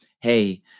hey